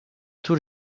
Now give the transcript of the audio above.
tous